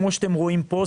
כמו שאתם רואים פה,